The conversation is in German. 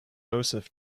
joseph